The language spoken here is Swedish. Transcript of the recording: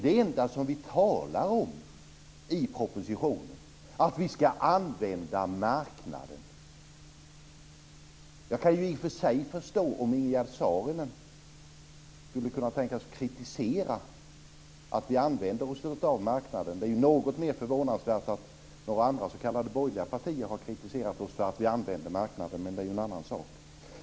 Det enda som vi resonerar om i propositionen är att vi ska använda marknaden. Jag kan i och för sig förstå om Ingegerd Saarinen skulle kritisera att vi använder oss av marknaden. Det är ju något mer förvånansvärt att de andra s.k. borgerliga partierna har kritiserat oss för att vi använder marknaden, men det är en annan sak.